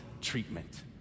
treatment